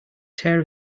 tear